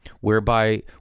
whereby